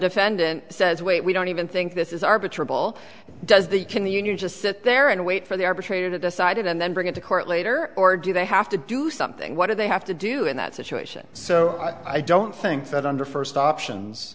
defendant says wait we don't even think this is arbiter ball does the can the union just sit there and wait for the arbitrator to decide it and then bring it to court later or do they have to do something what do they have to do in that situation so i don't think that under first options